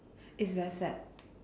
it's very sad